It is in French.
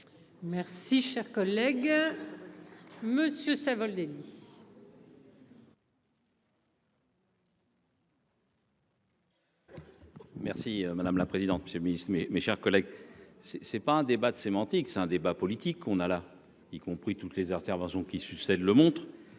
Merci cher collègue. Monsieur Savoldelli. Merci madame la présidente, monsieur Ministre mes, mes chers collègues. C'est c'est pas un débat de sémantique. C'est un débat politique. On a là, y compris toutes les interventions qui succède le montre